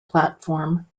platform